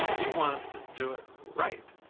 you want it to do it right.